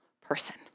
person